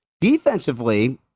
Defensively